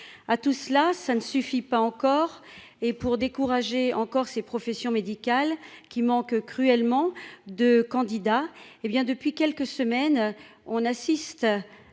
à tout cela, ça ne suffit pas encore et pour décourager encore ces professions médicales qui manquent cruellement de candidats, hé bien depuis quelques semaines, on assiste